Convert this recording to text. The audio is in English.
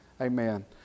Amen